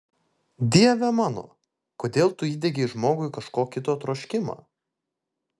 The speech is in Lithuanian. dieve mano kodėl tu įdiegei žmogui kažko kito troškimą